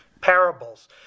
parables